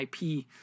IP